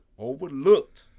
Overlooked